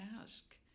ask